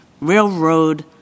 railroad—